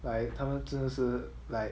like 他们真的是 like